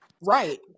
Right